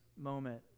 moment